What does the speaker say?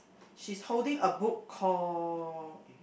she's holding a book call